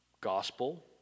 gospel